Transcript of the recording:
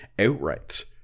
outright